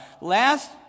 last